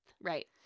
right